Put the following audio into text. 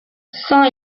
saint